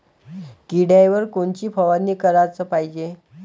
किड्याइवर कोनची फवारनी कराच पायजे?